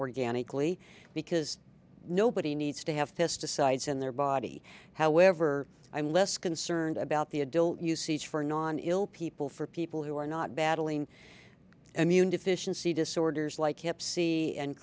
organically because nobody needs to have pesticides in their body however i'm less concerned about the adult use each for non ill people for people who are not battling immune deficiency disorders like hep c and